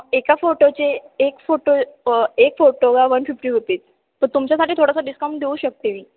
एका फोटोचे एक फोटो एक फोटो का वन फिफ्टी रुपीज तर तुमच्यासाठी थोडासा डिस्काउंट देऊ शकते मी